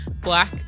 black